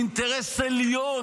אינטרס עליון,